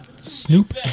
Snoop